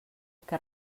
que